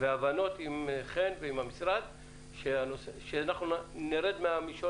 להבנות עם חן והמשרד שאנחנו נרד מהמישור